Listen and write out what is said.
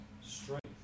strength